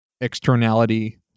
externality